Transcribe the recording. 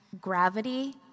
gravity